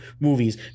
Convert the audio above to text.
movies